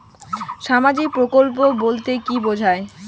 সামাজিক প্রকল্প বলতে কি বোঝায়?